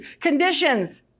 conditions